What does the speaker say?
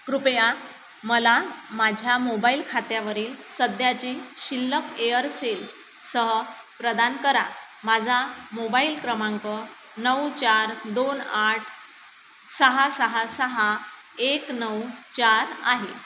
कृपया मला माझ्या मोबाईल खात्यावरील सध्याची शिल्लक एअरसेलसह प्रदान करा माझा मोबाईल क्रमांक नऊ चार दोन आठ सहा सहा सहा एक नऊ चार आहे